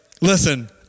listen